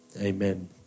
Amen